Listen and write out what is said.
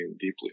deeply